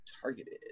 targeted